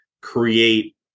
create